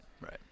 right